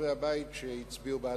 והבמה היא שלך